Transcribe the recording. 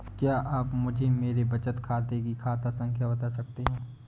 क्या आप मुझे मेरे बचत खाते की खाता संख्या बता सकते हैं?